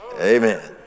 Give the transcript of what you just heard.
Amen